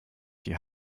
die